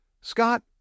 Scott